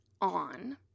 on